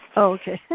okay.